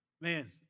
man